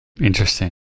Interesting